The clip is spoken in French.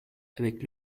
avec